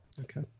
Okay